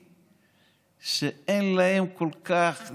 וראיתי שאין להם כל כך,